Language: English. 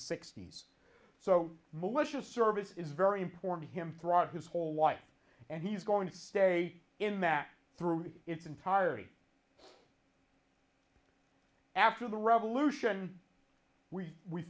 sixty's so militia service is very important him throughout his whole life and he's going to stay in maque through its entirety after the revolution we we